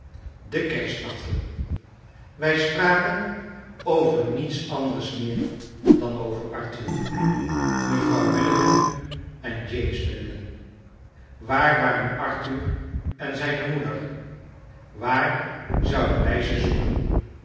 de kerstnachten wij spraken over niets anders meer dan over arthur mevrouw milligan en james milligan waar waren arthur en zijne moeder waar zouden wij ze zoeken